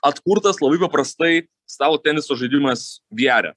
atkurtas labai paprastai stalo teniso žaidimas viare